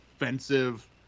offensive